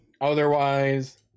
Otherwise